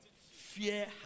Fear